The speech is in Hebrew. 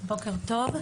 בוקר טוב,